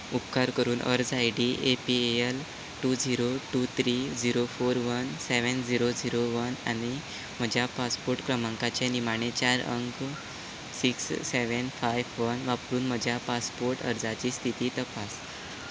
उपकार करून अर्ज I D A P A L two zero two three zero four one seven zero zero one आनी म्हज्या passport क्रमांकाचे निमाणे चार अंक सिक्स सेवेन फायफ वन वापरून म्हज्या पासपोर्ट अर्जाची स्थिती तपास